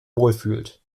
wohlfühlt